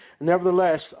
nevertheless